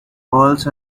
pearls